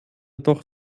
doch